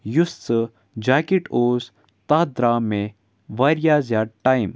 یُس سُہ جاکٮ۪ٹ اوس تَتھ درٛاو مےٚ واریاہ زیادٕ ٹایِم